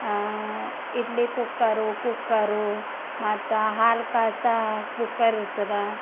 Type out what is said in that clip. idli cooker cooker ಮತ್ತೆ ಹಾಲು ಕಾಯ್ಸೋ ಕುಕ್ಕರ್ ಇರ್ತದ